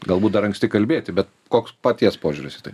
galbūt dar anksti kalbėti bet koks paties požiūris į tai